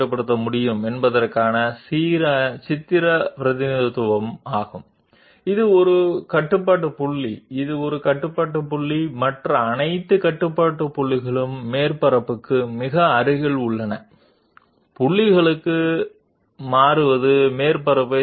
control points position ద్వారా ఉపరితలాన్ని ఎలా నియంత్రించవచ్చో చిత్రమైన ప్రాతినిధ్యం ఇది ఇది ఒక కంట్రోల్ పాయింట్ ఇది ఒక కంట్రోల్ పాయింట్ అన్ని ఇతర కంట్రోల్ పాయింట్లు సర్ఫేస్ కి చాలా దగ్గరగా ఉంటాయి పాయింట్లకు మారడం మాత్రమే చేస్తుంది